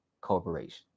corporation